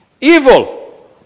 Evil